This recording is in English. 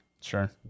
sure